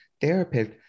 therapist